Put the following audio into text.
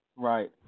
Right